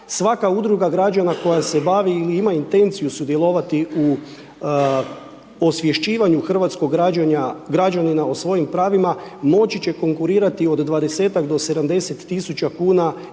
Svaka Udruga građana koja se bavi ili ima intenciju sudjelovati u osvješćivanju hrvatskog građanina o svojim pravima, moći će konkurirati od 20-tak do 70.000,00